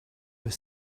were